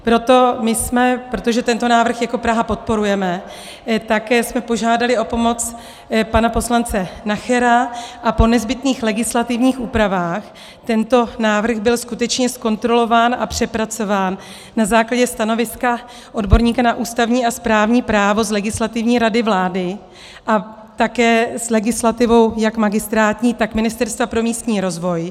Proto jsme, protože tento návrh jako Praha podporujeme, požádali o pomoc pana poslance Nachera a po nezbytných legislativních úpravách tento návrh byl skutečně zkontrolován a přepracován na základě stanoviska odborníka na ústavní a správní právo z Legislativní rady vlády a také s legislativou jak magistrátní, tak Ministerstva pro místní rozvoj.